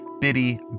bitty